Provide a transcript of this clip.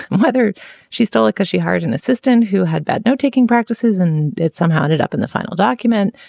whether she stole it, cause she hired an assistant who had bad note-taking practices and it somehow ended up in the final document.